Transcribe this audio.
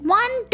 one